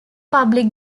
public